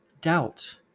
doubt